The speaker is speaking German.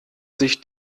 sich